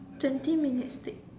twenty minutes